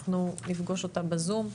אנחנו נפגוש אותה בזום,